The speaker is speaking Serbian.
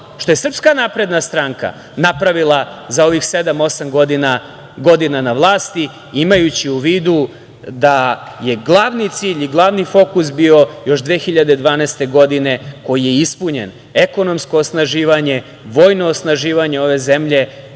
što je SNS napravila za ovih sedam, osam godina na vlasti, imajući u vidu da je glavni cilj i glavni fokus bio još 2012. godine koji je ispunjen, ekonomsko osnaživanje, vojno osnaživanje ove zemlje